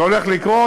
זה הולך לקרות.